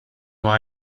why